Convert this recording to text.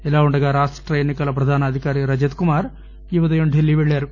ఇలావుండగా రాష్ట ఎన్ని కల ప్రధానాధికారి రజత్ కుమార్ ఈ ఉదయం ఢిల్లీ వెళ్లారు